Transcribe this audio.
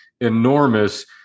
enormous